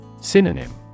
Synonym